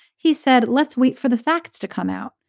he said, let's wait for the facts to come out.